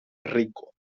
rico